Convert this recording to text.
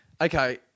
okay